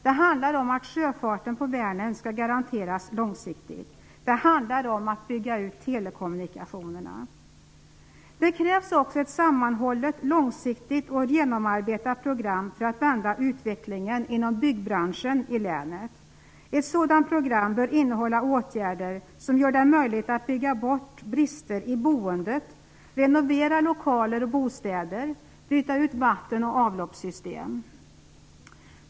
Det handlar om att sjöfarten på Vänern skall garanteras långsiktigt. Det handlar om att bygga ut telekommunikationerna. Det krävs också ett sammanhållet, långsiktigt och genomarbetat program för att vända utvecklingen inom byggbranschen i länet. Ett sådant program bör innehålla åtgärder som gör det möjligt att bygga bort brister i boendet, renovera lokaler och bostäder samt byta ut vatten och avloppssystem.